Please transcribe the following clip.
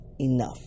enough